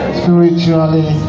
spiritually